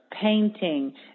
painting